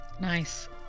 Nice